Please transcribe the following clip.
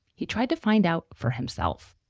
he tried to find out for himself.